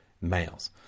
males